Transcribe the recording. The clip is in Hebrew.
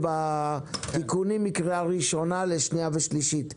בתיקונים מקריאה ראשונה לקריאה שנייה ושלישית.